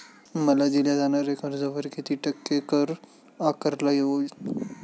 मला दिल्या जाणाऱ्या कर्जावर किती टक्के कर आकारला जाईल?